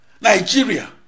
Nigeria